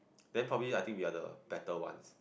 then probably I think we are the better ones